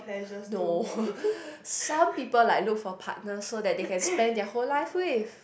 no some people like look for partner so that they can spend their whole life with